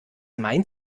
meint